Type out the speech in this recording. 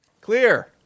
Clear